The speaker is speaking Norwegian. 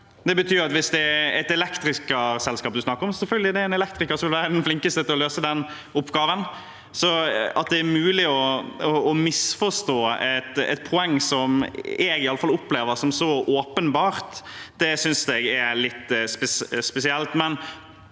Det betyr at hvis det er et elektrikerselskap man snakker om, er det selvfølgelig en elektriker som vil være den flinkeste til å løse oppgaven. At det er mulig å misforstå et poeng som i alle fall jeg opplever som så åpenbart, synes jeg er litt spesielt.